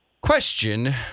Question